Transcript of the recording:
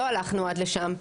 לא הלכנו עד לשם.